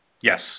Yes